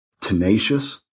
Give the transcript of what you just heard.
tenacious